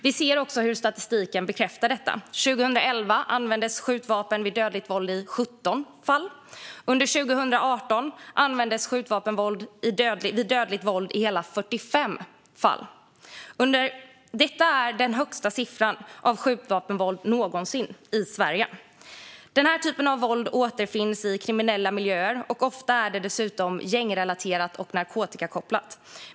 Vi ser också hur statistiken bekräftar detta. År 2011 användes skjutvapen vid dödligt våld i 17 fall. Under 2018 användes skjutvapen vid dödligt våld i hela 45 fall. Detta är den högsta siffran någonsin när det gäller skjutvapenvåld i Sverige. Den här typen av våld återfinns i kriminella miljöer. Ofta är det dessutom gängrelaterat och narkotikakopplat.